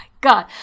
God